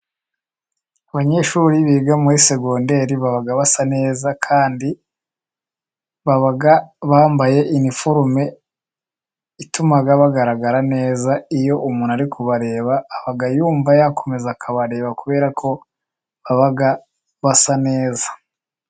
Abanyeshuri biga muri segonderi aba asa neza kandi baba bambaye iniforume ituma bagaragara neza. Iyo umuntu ari kubareba yumva yakomeza akabareba kubera ko baba basa neza.